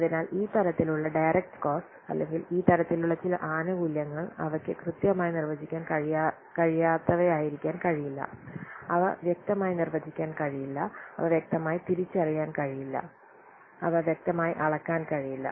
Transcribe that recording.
അതിനാൽ ഈ തരത്തിലുള്ള ഡയറക്റ്റ് കോസ്റ്റ് അല്ലെങ്കിൽ ഈ തരത്തിലുള്ള ചില ആനുകൂല്യങ്ങൾ അവയ്ക്ക് കൃത്യമായി നിർവചിക്കാൻ കഴിയാത്തവയായിരിക്കാൻ കഴിയില്ല അവ വ്യക്തമായി നിർവചിക്കാൻ കഴിയില്ല അവ വ്യക്തമായി തിരിച്ചറിയാൻ കഴിയില്ല അവ വ്യക്തമായി അളക്കാൻ കഴിയില്ല